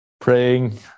Praying